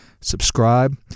Subscribe